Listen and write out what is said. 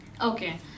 Okay